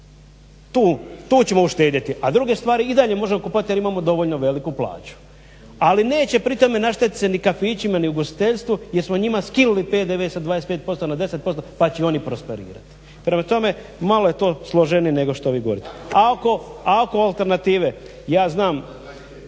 Tu ćemo uštediti, a druge stvari i dalje možemo kupovati jer imamo dovoljno veliku plaću. Ali neće pri tome naštetiti se ni kafićima ni ugostiteljstvu jer smo njima skinuli PDV sa 25% na 10% pa će oni prosperirati. Prema tome, malo je to složenije nego što vi govorite. A oko alternative ja znam